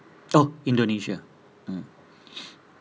oh indonesia mm